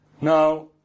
Now